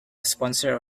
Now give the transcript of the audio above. sponsor